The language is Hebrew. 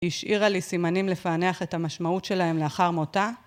היא השאירה לי סימנים לפענח את המשמעות שלהם לאחר מותה.